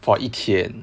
for 一天